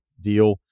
deal